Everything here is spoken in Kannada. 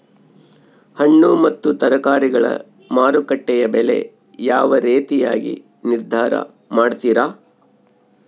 ಹಣ್ಣು ಮತ್ತು ತರಕಾರಿಗಳ ಮಾರುಕಟ್ಟೆಯ ಬೆಲೆ ಯಾವ ರೇತಿಯಾಗಿ ನಿರ್ಧಾರ ಮಾಡ್ತಿರಾ?